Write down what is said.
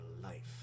life